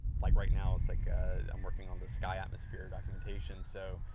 like right now it's like ah i'm working on the sky atmosphere documentation. so,